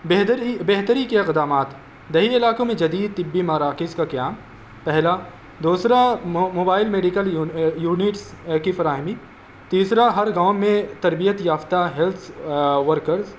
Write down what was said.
بہتری بہتری کے اقدامات دیہی علاقوں میں جدید طبی مراکز کا قیام پہلا دوسرا موبائل میڈیکل یونٹس کی فراہمی تیسرا ہر گاؤں میں تربیت یافتہ ہیلتھس ورکرز